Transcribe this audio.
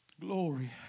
Glory